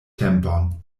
tempon